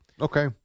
Okay